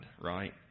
right